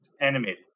animated